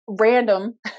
random